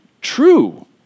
true